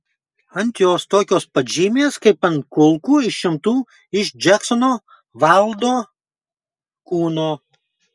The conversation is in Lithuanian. ant jos tokios pat žymės kaip ant kulkų išimtų iš džeksono vaildo kūno